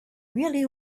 really